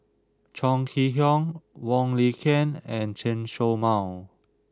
Chong Kee Hiong Wong Lin Ken and Chen Show Mao